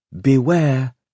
Beware